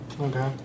Okay